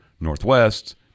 Northwest